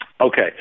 Okay